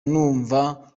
numva